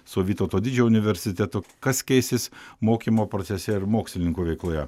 su vytauto didžiojo universitetu kas keisis mokymo procese ir mokslininkų veikloje